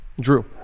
Drew